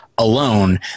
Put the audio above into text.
alone